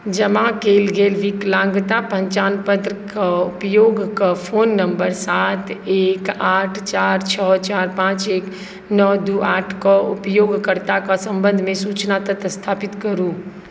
जमा कएल गेल विकलाङ्गता पहचानपत्रके उपयोग कऽ फोन नम्बर सात एक आठ चारि छओ चारि पाँच एक नओ दुइ आठके उपयोगकर्ताके सम्बन्धमे सूचना तथ्य स्थापित करू